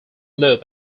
loop